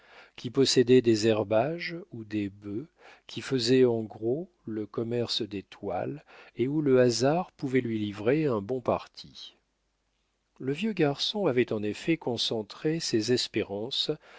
qui possédaient des herbages ou des bœufs qui faisaient en gros le commerce des toiles et où le hasard pouvait lui livrer un bon parti le vieux garçon avait en effet concentré ses espérances